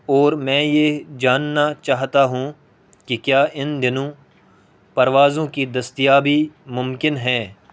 اور میں یہ جاننا چاہتا ہوں کہ کیا ان دنوں پروازوں کی دستیابی ممکن ہے